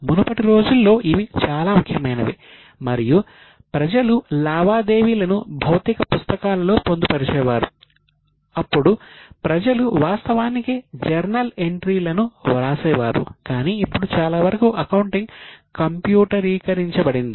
మునుపటి రోజుల్లో ఇవి చాలా ముఖ్యమైనవి మరియు ప్రజలు లావాదేవీల ను భౌతిక పుస్తకాలలో పొందుపరిచేవారు అప్పుడు ప్రజలు వాస్తవానికి జర్నల్ ఎంట్రీలను వ్రాసేవారు కానీ ఇప్పుడు చాలావరకు అకౌంటింగ్ కంప్యూటరీకరించబడింది